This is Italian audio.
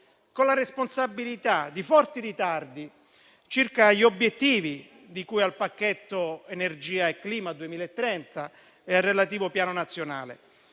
con la responsabilità di forti ritardi circa gli obiettivi di cui al pacchetto energia e clima 2030 e al relativo Piano nazionale.